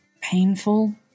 painful